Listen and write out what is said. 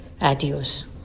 Adios